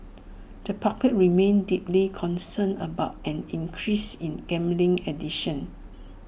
the public remains deeply concerned about an increase in gambling addiction